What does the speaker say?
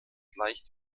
leicht